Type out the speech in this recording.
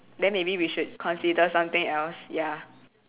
then maybe we should consider something else ya